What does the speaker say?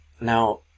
Now